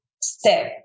step